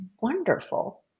wonderful